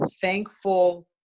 thankful